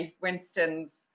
Winston's